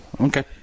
Okay